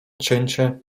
cięcie